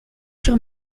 sur